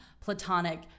platonic